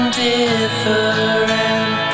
different